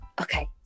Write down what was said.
Okay